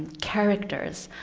characters.